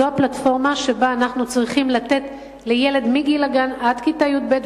זו הפלטפורמה שבה אנחנו צריכים לתת לילד מגיל הגן עד כיתה י"ב,